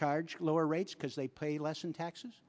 charge lower rates because they play less in taxes